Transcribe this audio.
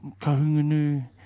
Kahungunu